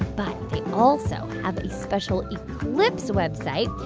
but they also have a special eclipse website,